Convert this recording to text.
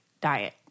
diet